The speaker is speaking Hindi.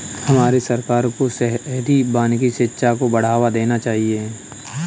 हमारे सरकार को शहरी वानिकी शिक्षा को बढ़ावा देना चाहिए